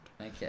Okay